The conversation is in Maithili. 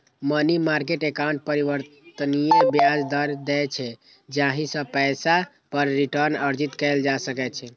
मनी मार्केट एकाउंट परिवर्तनीय ब्याज दर दै छै, जाहि सं पैसा पर रिटर्न अर्जित कैल जा सकै छै